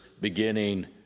beginning